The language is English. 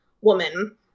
woman